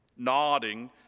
nodding